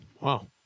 Wow